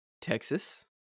Texas